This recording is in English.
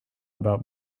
about